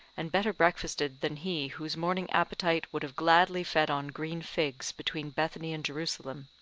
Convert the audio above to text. and better breakfasted than he whose morning appetite would have gladly fed on green figs between bethany and jerusalem,